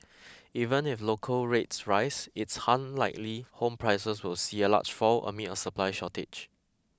even if local rates rise it's unlikely home prices will see a large fall amid a supply shortage